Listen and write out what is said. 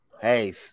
Hey